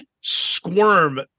squirm